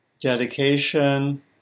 dedication